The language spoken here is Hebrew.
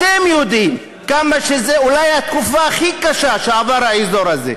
אתם יודעים שזו אולי התקופה הכי קשה שעבר האזור הזה.